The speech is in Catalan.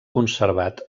conservat